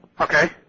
Okay